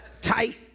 tight